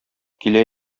килә